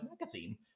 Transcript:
magazine